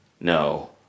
no